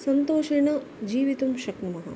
सन्तोषेण जीवितुं शक्नुमः